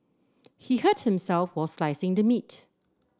he hurt himself while slicing the meat